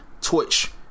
Twitch